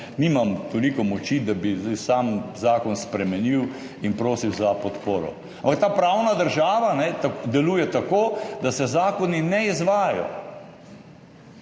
nimam toliko moči, da bi zdaj sam zakon spremenil in prosil za podporo. Ampak ta pravna država deluje tako, da se zakoni ne izvajajo,